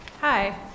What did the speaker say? Hi